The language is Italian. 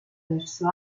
verso